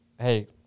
Hey